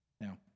Now